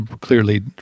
clearly